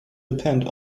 depend